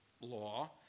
law